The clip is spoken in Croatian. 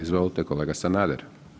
Izvolite kolega Sanader.